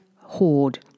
Horde